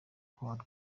arwaye